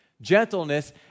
gentleness